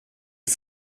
die